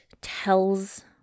tells